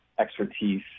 expertise